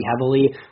heavily